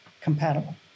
compatible